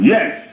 Yes